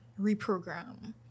reprogram